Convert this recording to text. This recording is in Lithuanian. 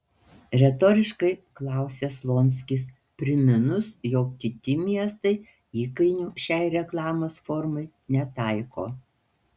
retoriškai klausia slonskis priminus jog kiti miestai įkainių šiai reklamos formai netaiko